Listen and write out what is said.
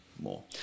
more